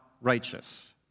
righteous